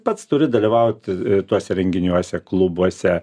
pats turi dalyvaut tuose renginiuose klubuose